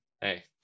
Hey